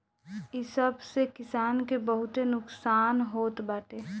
इ सब से किसान के बहुते नुकसान होत बाटे